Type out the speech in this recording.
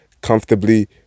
comfortably